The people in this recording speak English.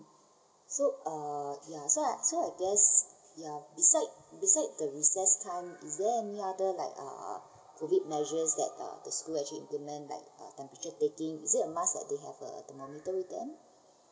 so err ya so I so I guess ya beside beside the recess time is there any other like uh COVID measures that uh the school actually implement like uh temperature taking is it must like they have a thermometer with them